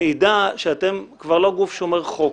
מעידה שאתם כבר לא גוף שומר חוק,